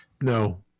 No